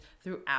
throughout